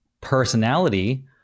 personality